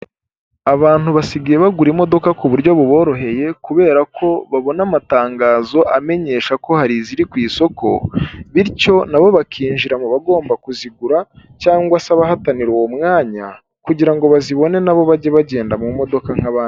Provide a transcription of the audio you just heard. Abantu basigaye bagura imodoka ku buryo buboroheye kubera ko babona amatangazo amenyesha ko hari iziri ku isoko, bityo nabo bakinjira mu bagomba kuzigura cyangwa se abahatanira uwo mwanya kugira ngo bazibone nabo bajye bagenda mu modoka nk'abandi.